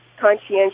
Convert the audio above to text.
conscientious